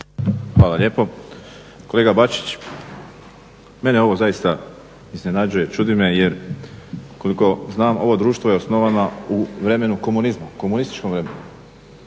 Hvala lijepo. Kolega Bačić, mene ovo zaista iznenađuje, čudi me, jer koliko znam ovo društvo je osnovano u vremenu komunizma, komunističkom vremenu,